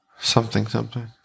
Something-something